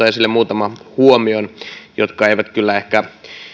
esille muutaman huomion jotka eivät kyllä ehkä